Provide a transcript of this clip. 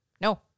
no